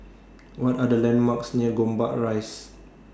What Are The landmarks near Gombak Rise